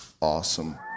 awesome